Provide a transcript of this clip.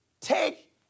take